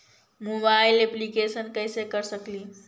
Mobile application कैसे कर सकेली?